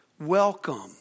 welcome